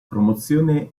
promozione